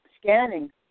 scanning